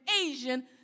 Asian